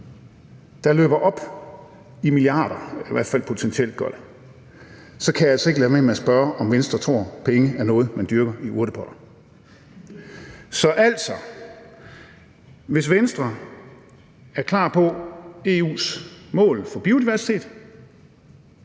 på fire linjer, der i hvert fald potentielt løber op i milliarder, kan jeg altså ikke lade være med at spørge, om Venstre tror, at penge er noget, man dyrker i urtepotter. Så altså, hvis Venstre er klar på EU's mål for biodiversitet